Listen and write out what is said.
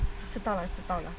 知道了知道了